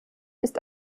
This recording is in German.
ist